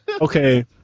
Okay